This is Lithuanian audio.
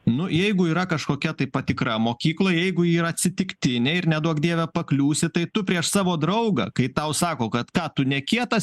nu jeigu yra kažkokia tai patikra mokykloj jeigu ji yra atsitiktinė ir neduok dieve pakliūsi tai tu prieš savo draugą kai tau sako kad ką tu nekietas